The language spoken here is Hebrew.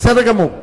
בסדר גמור.